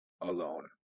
Alone